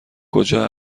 کجا